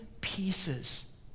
pieces